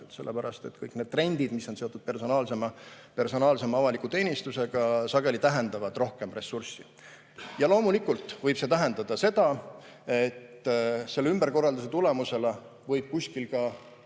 Sellepärast, et kõik need trendid, mis on seotud personaalsema avaliku teenistusega, sageli tähendavad rohkem ressurssi. Loomulikult võib see tähendada seda, et selle ümberkorralduse tulemusena võib kuskil ka